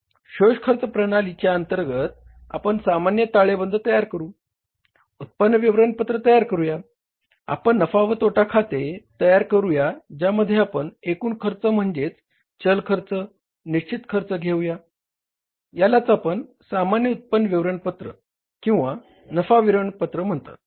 शोष खर्च प्रणालीच्या अंतर्गत आपण सामान्य ताळेबंद तयार करूया ज्यामध्ये आपण एकूण खर्च म्हणजेच चल खर्च निश्चित खर्च घेऊया यालाच आपण सामान्य उत्पन्न विवरणपत्र किंवा नफा विवरणपत्र म्हणतात